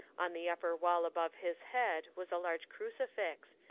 on the upper wall above his head was a large crucifix,